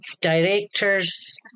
directors